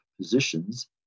positions